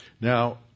Now